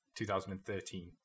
2013